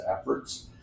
efforts